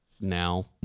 now